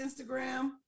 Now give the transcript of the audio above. Instagram